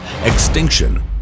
Extinction